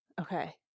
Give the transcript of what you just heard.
Okay